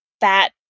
fat